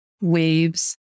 waves